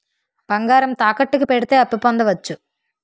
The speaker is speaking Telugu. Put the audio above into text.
బంగారం తాకట్టు కి పెడితే అప్పు పొందవచ్చ?